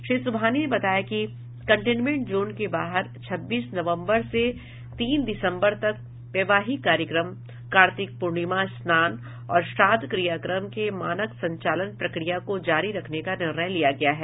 श्री सुबहानी ने बताया कि कंटेनमेंट जोन के बाहर छब्बीस नवंबर से तीन दिसंबर तक वैवाहिक कार्यक्रम कार्तिक पूर्णिमा स्नान और श्राद्ध क्रियाकर्म के मानक संचालन प्रक्रिया को जारी रखने का निर्णय लिया गया है